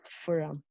Forum